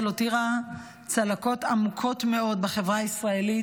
הותירה צלקות עמוקות מאוד בחברה הישראלית,